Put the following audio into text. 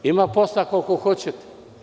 Ima posla koliko hoćete.